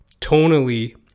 tonally